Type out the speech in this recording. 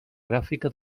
gràfica